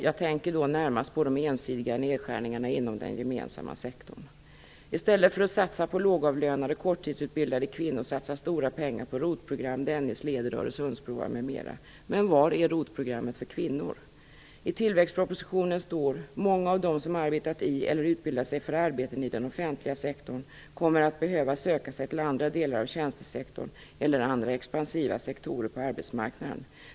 Jag tänker då närmast på de ensidiga nedskärningarna inom den gemensamma sektorn. I stället för att satsa på lågavlönade och korttidsutbildade kvinnor satsar man stora pengar på I tillväxtpropositionen står det: "Många av de som arbetat i eller utbildat sig för arbeten i den offentliga sektorn kommer att behöva söka sig till andra delar av tjänstesektorn eller andra expansiva sektorer på arbetsmarknaden.